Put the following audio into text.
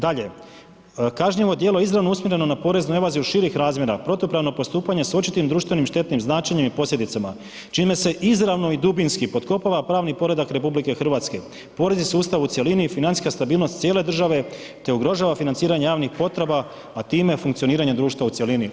Dalje, kažnjivo djelo izravno usmjereno na poreznu invaziju širih razmjera, protupravno postupanje s očitima društvenim štetnim značenjem i posljedicama čime se izravno i dubinski potkopava pravni poredak RH, porezni sustav u cjelini i financijska stabilnost cijele države te ugrožava financiranje javnih potreba, a time funkcioniranje društva u cjelini.